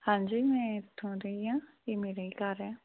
ਹਾਂਜੀ ਮੈਂ ਇੱਥੋਂ ਦੀ ਹਾਂ ਇਹ ਮੇਰਾ ਹੀ ਘਰ ਹੈ